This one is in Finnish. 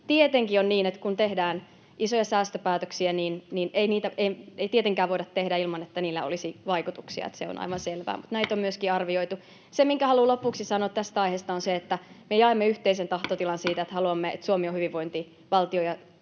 Tietenkin on niin, että kun tehdään isoja säästöpäätöksiä, niin ei niitä tietenkään voida tehdä ilman, että niillä olisi vaikutuksia, se on aivan selvä, mutta näitä on myöskin arvioitu. Se, minkä haluan lopuksi sanoa tästä aiheesta, on se, että me jaamme yhteisen tahtotilan siitä, että haluamme, että Suomi on hyvinvointivaltio ja